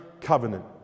covenant